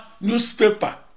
newspaper